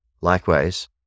Likewise